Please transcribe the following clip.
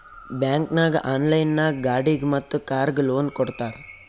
bank ನಾಗ್ online ನಾಗ್ ಗಾಡಿಗ್ ಮತ್ ಕಾರ್ಗ್ ಲೋನ್ ಕೊಡ್ತಾರ್